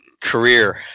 Career